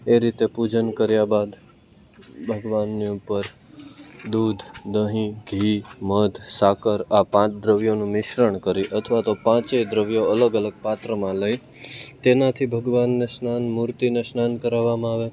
એ રીતે પૂજન કર્યા બાદ ભગવાનની ઉપર દૂધ દહીં ઘી મધ સાકર આ પાંચ દ્રવ્યોનું મિશ્રણ કરી અથવા તો પાંચેય દ્રવ્યો અલગ અલગ પાત્રોમાં લઈ તેનાથી ભગવાનને સ્નાન મૂર્તિને સ્નાન કરાવવામાં આવે